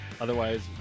Otherwise